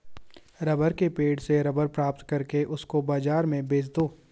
rubber के पेड़ से रबर प्राप्त करके उसको बाजार में बेच दो